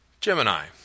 Gemini